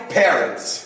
parents